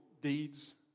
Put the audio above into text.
deeds